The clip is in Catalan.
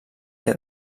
que